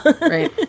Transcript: Right